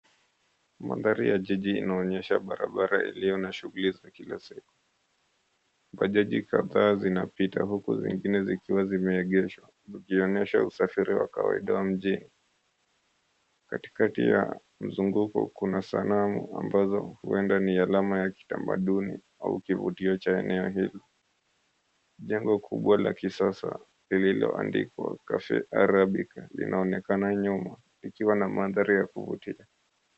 Mandhari ya jiji inaonyesha barabara iliyo na shughuli za kila siku. Bajaji kadhaa zinapita, huku zingine zikiwa zimeegeshwa, zikionyesha usafiri wa kawaida mjini. Katikati ya mzunguko kuna sanamu ambazo huenda ni alama ya kitamaduni au kivutio cha eneo hilo. Jengo kubwa la kisasa lililoandikwa "Cafe Arabika", linaonekana nyuma, likiwa na mandhari ya kuvutia.